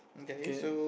okay